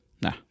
nah